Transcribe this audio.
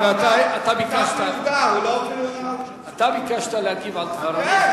אתה ביקשת להגיב על דבריו.